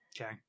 okay